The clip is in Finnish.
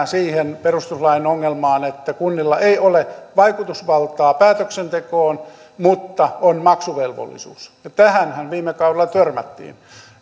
siihen perustuslain ongelmaan että kunnilla ei ole vaikutusvaltaa päätöksentekoon mutta on maksuvelvollisuus ja tähänhän viime kaudella törmättiin